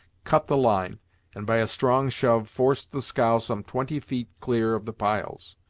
cut the line and by a strong shove forced the scow some twenty feet clear of the piles.